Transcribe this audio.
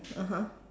(uh huh)